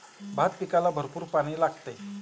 भात पिकाला भरपूर पाणी लागते